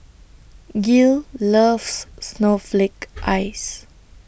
Gil loves Snowflake Ice